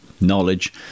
Knowledge